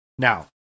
Now